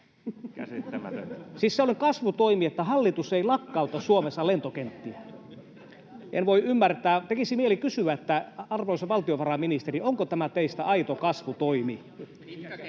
Siis se on kasvutoimi, että hallitus ei lakkauta Suomessa lentokenttiä. En voi ymmärtää. Tekisi mieli kysyä, arvoisa valtiovarainministeri, onko tämä teistä aito kasvutoimi.